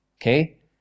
Okay